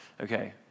Okay